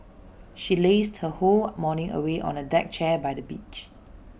she lazed her whole morning away on A deck chair by the beach